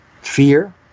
fear